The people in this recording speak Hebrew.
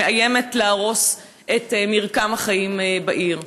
שמאיימת להרוס את מרקם החיים בעיר?